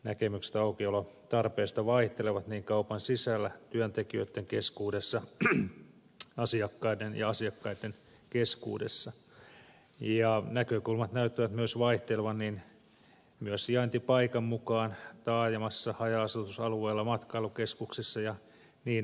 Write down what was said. näkemykset aukiolotarpeista vaihtelevat kaupan sisällä työntekijöitten keskuudessa ja asiakkaitten keskuudessa ja näkökulmat näyttävät vaihtelevan myös sijaintipaikan mukaan taajamassa haja asutusalueella matkailukeskuksissa ja niin edelleen